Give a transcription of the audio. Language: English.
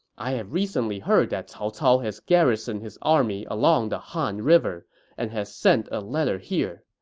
i have recently heard that cao cao has garrisoned his army along the han river and has sent a letter here.